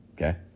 Okay